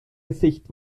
gesicht